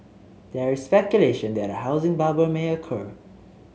there is speculation that a housing bubble may occur